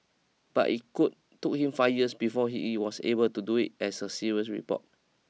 but it could took him five years before it he was able to do it as a serious report